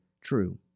true